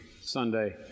Sunday